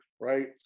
right